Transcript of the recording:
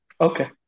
Okay